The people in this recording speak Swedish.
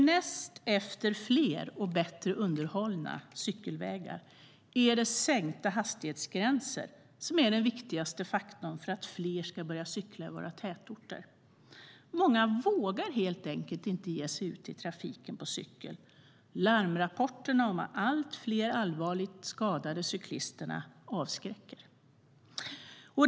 Näst efter fler, och bättre underhållna, cykelvägar är det sänkta hastighetsgränser som är den viktigaste faktorn för att fler ska börja cykla i våra tätorter. Många vågar helt enkelt inte ge sig ut i trafiken på cykel. Larmrapporterna om de allt fler allvarligt skadade cyklisterna avskräcker.